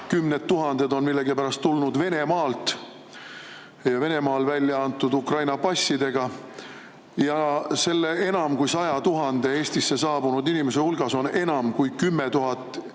kümned tuhanded on millegipärast tulnud Venemaalt ja Venemaal välja antud Ukraina passiga. Nende enam kui 100 000 Eestisse saabunud inimese hulgas on enam kui 10 000